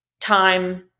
time